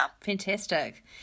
fantastic